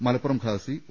മലപ്പുറം ഖാസി ഒ